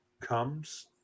comes